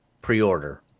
pre-order